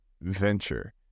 venture